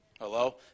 Hello